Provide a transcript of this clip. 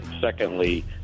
Secondly